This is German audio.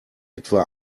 etwa